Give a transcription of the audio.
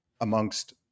amongst